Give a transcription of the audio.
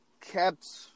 kept